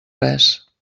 res